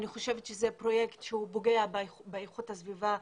אני חושבת שזה פרויקט שהוא פוגע באיכות הסביבה,